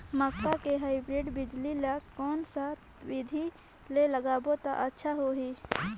मक्का के हाईब्रिड बिजली ल कोन सा बिधी ले लगाबो त अच्छा होहि?